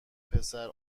پسر